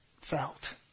felt